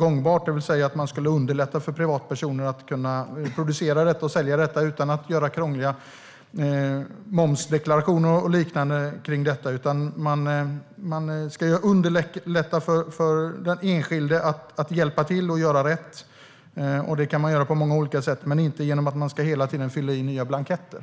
om att underlätta för privatpersoner att producera och sälja detta utan att göra krångliga momsdeklarationer och liknande inte är så gångbart. Det handlar om att underlätta för den enskilde att hjälpa till och göra rätt. Det kan man göra på många olika sätt, men inte genom att det hela tiden ska fyllas i nya blanketter.